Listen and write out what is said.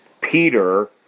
Peter